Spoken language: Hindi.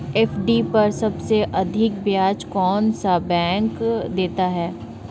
एफ.डी पर सबसे अधिक ब्याज कौन सा बैंक देता है?